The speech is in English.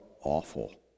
awful